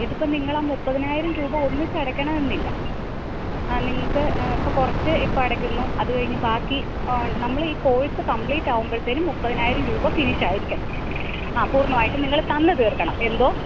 ഇതിപ്പം നിങ്ങൾ ആ മുപ്പതിനായിരം രൂപ ഒന്നിച്ച് അടയ്ക്കണം എന്നില്ല ആ നിങ്ങൾക്ക് ഇപ്പം കുറച്ച് ഇപ്പോൾ അടക്കുന്നു അത് കഴിഞ്ഞ് ബാക്കി നമ്മൾ ഈ കോഴ്സ് കംപ്ലീറ്റ് ആകുമ്പോഴത്തേനും മുപ്പതിനായിരം രൂപ തിരിച്ച് ആയിരിക്കണം ആ പൂർണ്ണമായിട്ടും നിങ്ങൾ തന്ന് തീർക്കണം എന്തോ